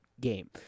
game